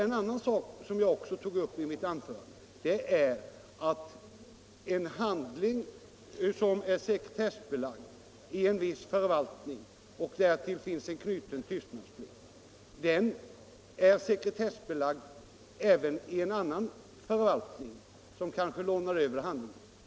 En annan sak som jag också tog upp i mitt anförande var att en handling som är sekretessbelagd i en viss förvaltning med tystnadsplikt knuten därtill är sekretessbelagd även i en annan förvaltning, som kanske lånar över handlingen.